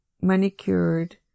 manicured